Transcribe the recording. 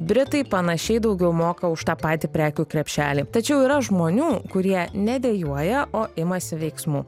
britai panašiai daugiau moka už tą patį prekių krepšelį tačiau yra žmonių kurie ne dejuoja o imasi veiksmų